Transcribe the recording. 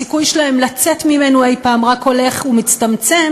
הסיכוי שלהם לצאת ממנו אי-פעם רק הולך ומצטמצם,